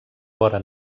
vora